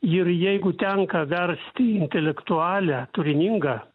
ir jeigu tenka versti intelektualią turiningą